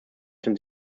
den